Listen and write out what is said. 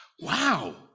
Wow